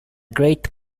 great